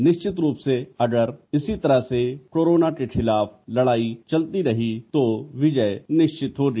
निश्चित रूप से अगर इसी तरह से कोरोना के खिलाफ सामूहिक लड़ाई चलती रही तो विजय निश्चित होगी